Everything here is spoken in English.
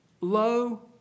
Lo